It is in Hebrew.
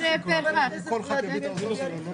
והיטל על רווחי יתר ממשאבי טבע ששינסקי 2. תודה.